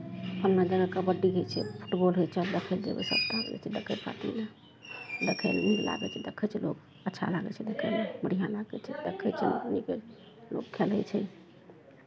अपनमे जेना कबड्डी होइ छै फुटबॉल होइ छै देखय लेल जेबै सभटा देखय खातिर लए देखयमे नीक लागै छै देखै छै लोक अच्छा लागै छै देखयमे बढ़िआँ लागै छै देखै छै ने नीक लग लोक खेलै छै